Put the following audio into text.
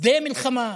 שדה מלחמה.